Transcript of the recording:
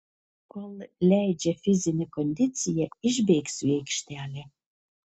kol leidžia fizinė kondicija išbėgsiu į aikštelę